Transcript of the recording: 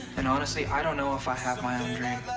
and honestly, i don't know if i have my own dream.